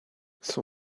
son